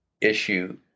issue